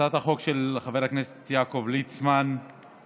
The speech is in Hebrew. הצעת החוק של חבר הכנסת יעקב ליצמן היא